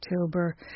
October